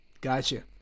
Gotcha